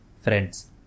friends